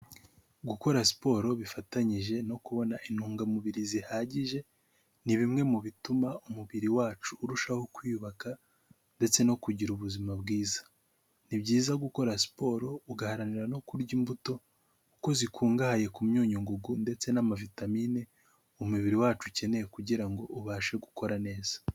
Gukora siporo bifatanyije no kubona intungamubiri zihagije ni bimwe mu bituma umubiri wacu urushaho kwiyubaka ndetse no kugira ubuzima bwiza. Ni byiza gukora siporo ugaharanira no kurya imbuto kuko zikungahaye ku myunyungugu ndetse n'amavitamine umubiri wacu ukeneye kugira ubashe gukora neza.